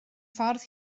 ffordd